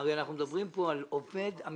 הרי אנחנו מדברים פה על עובד או